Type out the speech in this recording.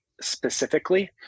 Specifically